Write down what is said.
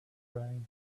brain